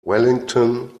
wellington